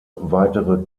weitere